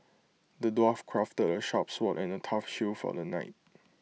the dwarf crafted A sharp sword and A tough shield for the knight